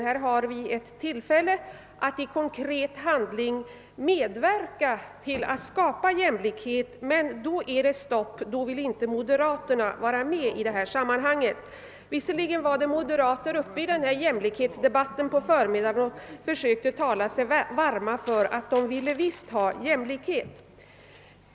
Här har vi ett tillfälle att i konkret handling medverka till att skapa jämlikhet. Men då är det stopp, då vill inte moderaterna vara med i det här sammanhanget, trots att det var moderater uppe i jämlikhetsdebatten på förmiddagen och försökte tala sig varma för jämlikhet.